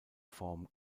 form